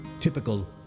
typical